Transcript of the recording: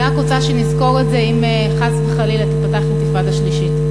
אני רק רוצה שנזכור את זה אם חס וחלילה תיפתח אינתיפאדה שלישית.